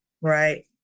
Right